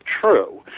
true